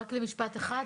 רק למשפט אחד.